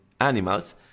animals